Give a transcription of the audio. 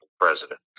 president